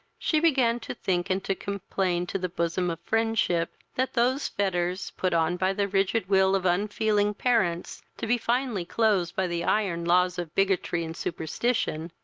she began to think and to complain to the bosom of friendship, that those fetters, put on by the rigid will of unfeeling parents, to be finally closed by the iron laws of bigotry and superstition,